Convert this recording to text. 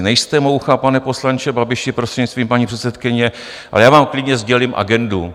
Nejste moucha, pane poslanče Babiši, prostřednictvím paní předsedkyně, ale já vám klidně sdělím agendu.